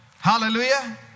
Hallelujah